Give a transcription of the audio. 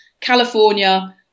California